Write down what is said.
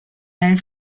nel